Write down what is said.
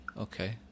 Okay